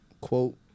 Quote